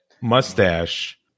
mustache